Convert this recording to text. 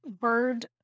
Bird